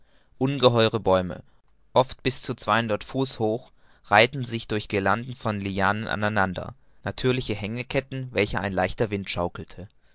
ungeheure bäume oft bis zu zweihundert fuß hoch reiheten sich durch guirlanden von lianen an einander natürliche hängeketten welche ein leichter wind schaukelte